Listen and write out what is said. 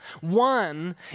One